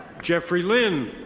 jeffrey lin.